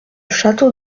château